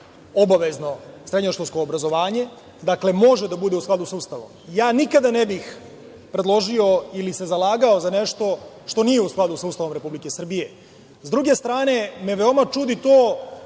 obavezno srednjoškolsko obrazovanje. Dakle, može da bude u skladu sa Ustavom. Ja nikada ne bih predložio ili se zalagao za nešto što nije u skladu sa Ustavom Republike Srbije.S druge strane, veoma me čudi to